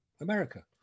America